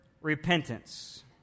repentance